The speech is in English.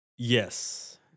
Yes